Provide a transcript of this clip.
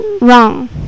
wrong